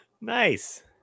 Nice